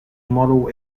model